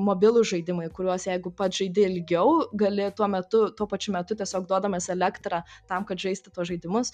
mobilūs žaidimai kuriuos jeigu pats žaidi ilgiau gali tuo metu tuo pačiu metu tiesiog duodamas elektrą tam kad žaisti tuos žaidimus